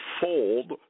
fold